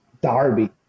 Darby